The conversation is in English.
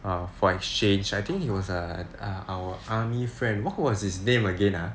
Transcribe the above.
err for exchange I think he was err our army friend what was his name again ah